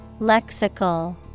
Lexical